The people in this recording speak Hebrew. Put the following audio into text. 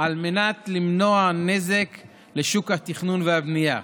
על מנת למנוע נזק לשוק התכנון והבנייה.